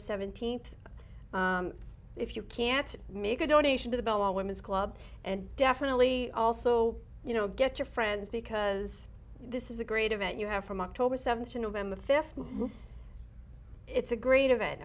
seventeenth if you can't make a donation to the bella women's club and definitely also you know get your friends because this is a great event you have from october seventh to november fifth it's a great event